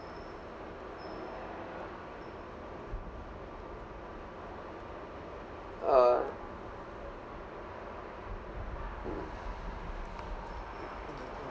uh